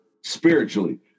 spiritually